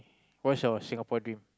what's your Singapore dream